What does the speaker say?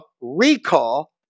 recall